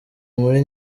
muri